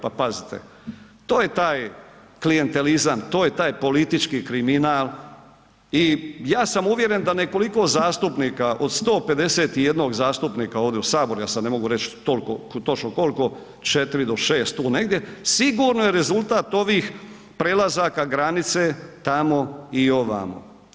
Pa pazite, to je taj klijentelizam, to je taj politički kriminal i ja sam uvjeren da nekoliko zastupnika od 151 zastupnika ovdje u Saboru, ja sad ne mogu reć toliko točno koliko, 4 do 6, tu negdje, sigurno je rezultat ovih prelazaka granice tamo i ovamo.